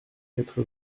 quatre